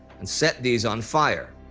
and set these on fire.